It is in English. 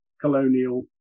colonial